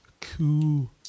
Cool